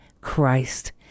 Christ